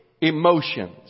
emotions